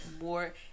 more